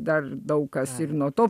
dar daug kas ir nuo to